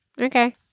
Okay